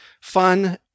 fun